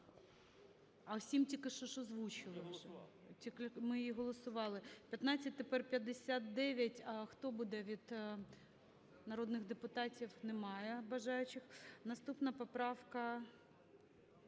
А 7 тільки що ж озвучили уже. Ми її голосували. 15… тепер… 59 . А хто буде від народних депутатів? Немає бажаючих. Наступна поправка…